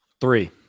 Three